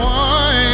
one